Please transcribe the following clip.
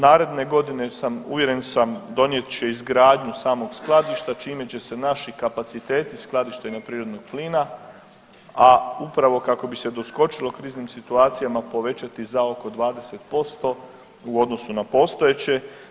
Naredne godine uvjeren sam donijet će izgradnju samog skladišta čime će se naši kapaciteti skladištenja prirodnog plina, a upravo kako bi se doskočilo kriznim situacijama povećati za oko 20% u odnosu na postojeće.